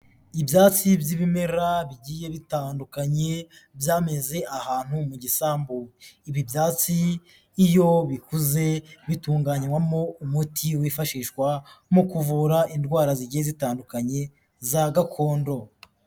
Ibyatsi by'ibimera bigiye bitandukanye byameze ahantu mu gisambu. Ibi byatsi iyo bikuze bitunganywamo umuti wifashishwa mu kuvura indwara zigiye zitandukanye za gakondo.